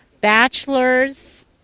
bachelor's